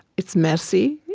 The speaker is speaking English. it's messy.